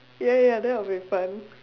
ya ya ya that would be fun